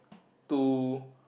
two